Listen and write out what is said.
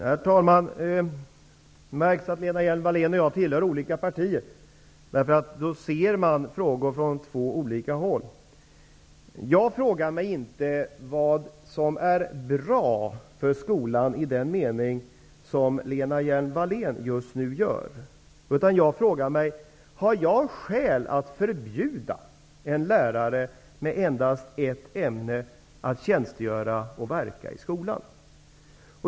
Herr talman! Det märks att Lena Hjelm-Wallén och jag tillhör olika partier. Då ser man frågorna från två olika håll. Jag frågar mig inte vad som är bra för skolan i den mening som Lena Hjelm-Wallén företräder. Jag frågar mig: Har jag skäl att förbjuda en lärare med endast ett ämne att tjänstgöra och verka i skolan?